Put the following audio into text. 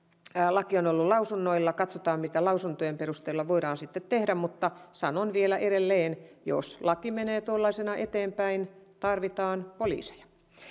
laki on ollut lausunnoilla katsotaan mitä lausuntojen perusteella voidaan sitten tehdä mutta sanon vielä edelleen jos laki menee tuollaisena eteenpäin tarvitaan poliiseja